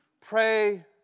pray